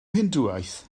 hindŵaeth